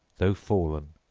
though fallen,